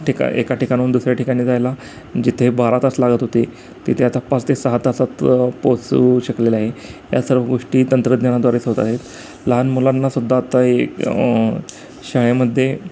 ठिका एका ठिकाणाऊन दुसऱ्या ठिकानी जायला जिथे बारा तास लागत होते तिथे आता पाच ते सहा तासात पोहचू शकलेले आहे या सर्व गोष्टी तंत्रज्ञानाद्वारेच होत आहेत लहान मुलांनासुद्धा आता एक शाळेमध्ये